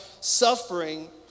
suffering